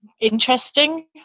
interesting